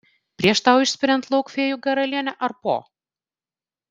prieš tau išspiriant lauk fėjų karalienę ar po